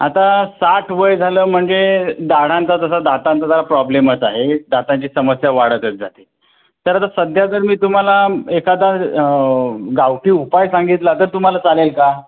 आता साठ वय झालं म्हणजे दाढांचा जसा दातांचा जरा प्रॉब्लेमच आहे दातांची समस्या वाढतच जाते तर आता सध्या जर मी तुम्हाला एखादा गावठी उपाय सांगितला तर तुम्हाला चालेल का